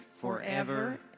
forever